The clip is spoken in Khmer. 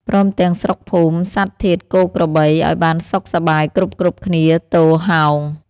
ព្រមទាំងស្រុកភូមិ សត្វធាតុគោក្របី ឲ្យបានសុខសប្បាយគ្រប់ៗគ្នាទោហោង”